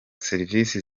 serivisi